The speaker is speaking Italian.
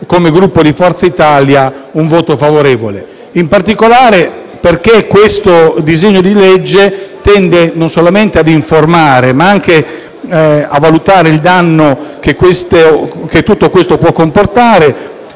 come Gruppo Forza Italia un voto favorevole.